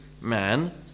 man